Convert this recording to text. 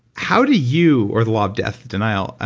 how do you or the law of death denial,